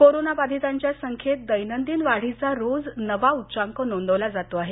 corona बाधितांच्या संख्येत दैनंदिन वाढीचा रोज नवा उच्चांक नोंदवला जातो आहे